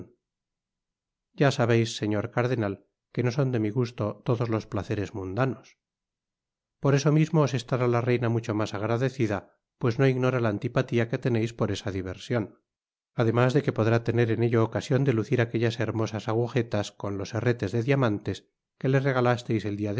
ya sabeis señor cardenal que no son de mi gusto todos los placeres mundanos por eso mismo os estará la reina mucho mas agradecida pues no ignora la antipatia que teneis por esa diversion además que podrá tener en ello ocasion de lucir aquellas hermosas agujetas con los herretes de diamantes que le regalasteis el dia